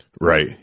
Right